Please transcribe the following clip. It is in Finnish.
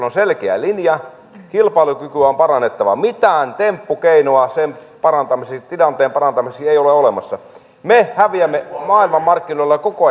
on selkeä linja kilpailukykyä on parannettava mitään temppukeinoa sen tilanteen parantamiseksi ei ole olemassa me häviämme maailmanmarkkinoilla koko